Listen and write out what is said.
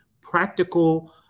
practical